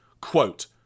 Quote